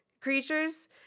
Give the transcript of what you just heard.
creatures